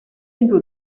into